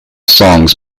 songs